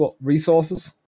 resources